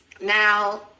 now